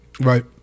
Right